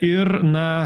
ir na